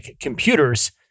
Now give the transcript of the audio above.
computers